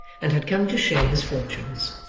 and had come to share his fortunes.